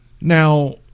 Now